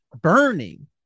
burning